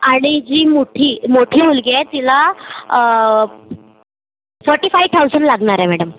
आणि जी मोठी मोठी मुलगी आहे तिला फोर्टी फाईव्ह थाउजंड लागणार आहे मॅडम